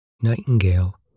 Nightingale